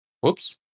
Whoops